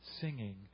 singing